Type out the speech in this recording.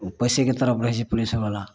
उ पैसेके तरफ रहय छै पुलिसोवला